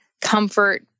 comfort